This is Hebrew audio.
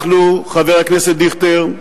אנחנו, חבר הכנסת דיכטר,